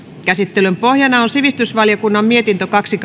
käsittelyn pohjana on sivistysvaliokunnan mietintö kaksi